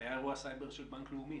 כשהיה אירוע סייבר בבנק לאומי,